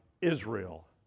Israel